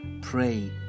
Pray